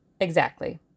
Exactly